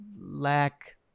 lack